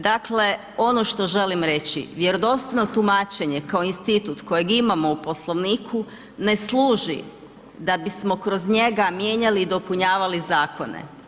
Dakle, ono što želim reći, vjerodostojno tumačenje kao institut kojeg imamo u Poslovniku ne služi da bismo kroz njega mijenjali i dopunjavali zakone.